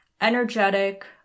energetic